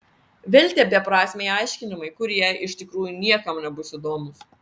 vėl tie beprasmiai aiškinimai kurie iš tikrųjų niekam nebus įdomūs